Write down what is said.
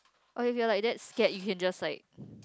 okay if you're like that scared you can just like